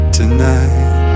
tonight